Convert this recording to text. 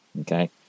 Okay